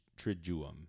Triduum